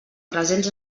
presents